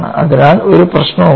അതിനാൽ ഒരു പ്രശ്നവുമില്ല